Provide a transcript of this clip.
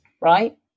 right